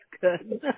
good